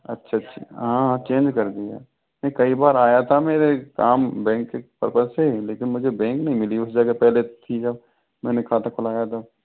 अच्छा अच्छा हाँ चेंज कर दिया नहीं कई बार आया था मेरे काम बैंक के पर्पस से लेकिन मुझे बैंक नहीं मिली उस जगह पहले थी जब मैंने खाता खोलाया था